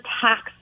tax